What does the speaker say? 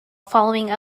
following